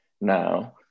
now